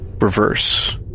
reverse